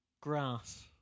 grass